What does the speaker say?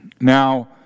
Now